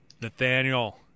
Nathaniel